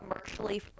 commercially